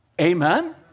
Amen